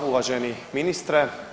Uvaženi ministre.